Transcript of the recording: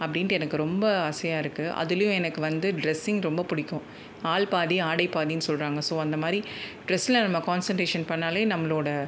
அப்படின்டு எனக்கு ரொம்ப ஆசையாக இருக்குது அதுலேயும் எனக்கு வந்து ட்ரெஸ்ஸிங் ரொம்ப பிடிக்கும் ஆள் பாதி ஆடை பாதின்னு சொல்கிறாங்க ஸோ அந்த மாதிரி ட்ரெஸ்சில் நம்ம கான்சன்ட்ரேஷன் பண்ணிணாலே நம்ளோடய